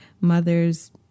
mother's